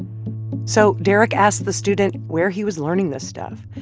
so derek asked the student where he was learning this stuff,